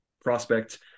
prospect